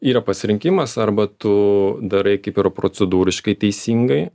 yra pasirinkimas arba tu darai kaip yra procedūriškai teisingai